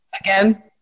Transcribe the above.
again